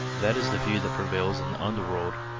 that is the view that prevails in the underworld,